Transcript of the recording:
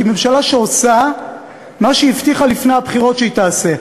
היא ממשלה שעושה מה שהיא הבטיחה לפני הבחירות שהיא תעשה.